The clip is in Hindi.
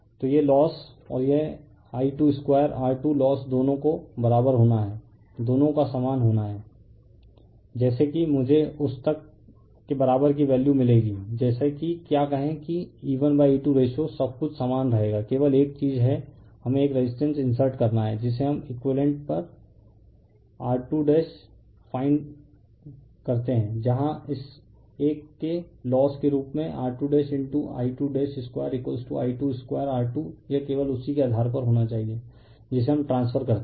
तो ये लोस और यह I22R2 लोस दोनों को बराबर होना है दोनों को समान होना है जैसे कि मुझे उस तक के बराबर की वैल्यू मिलेगी जैसे कि क्या कहें कि E1E2 रेशो सब कुछ समान रहेगा केवल एक चीज है हमे एक रेसिस्टेंस इन्सर्ट करना है जिसे हमें एकुइवेलेंट पर R2 फाइंड है जहां इस एक के लोस के रूप में R2I22I22R2 यह केवल उसी के आधार पर होना चाहिए जिसे हम ट्रान्सफर करते हैं